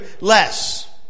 less